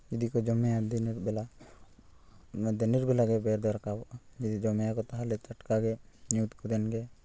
ᱡᱩᱫᱤ ᱠᱚ ᱡᱚᱢᱮᱭᱟ ᱫᱤᱱᱮᱨ ᱵᱮᱞᱟ ᱚᱱᱟ ᱫᱤᱱᱮᱨ ᱵᱮᱞᱟᱜᱮ ᱵᱮᱨ ᱫᱚᱭ ᱨᱟᱠᱟᱵᱚᱜᱼᱟ ᱡᱩᱫᱤ ᱡᱚᱢᱮᱭᱟᱠᱚ ᱛᱟᱦᱚᱞᱮ ᱛᱚ ᱴᱟᱴᱠᱟᱜᱮ ᱧᱩᱛ ᱜᱚᱫ ᱮᱱᱜᱮ